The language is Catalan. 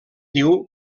diu